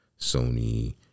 Sony